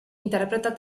interpreta